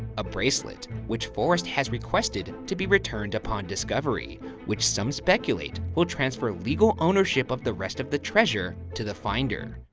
a bracelet which forrest has requested to be returned upon discovery which some speculate will transfer legal ownership of the rest of the treasure to the finder.